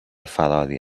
فراری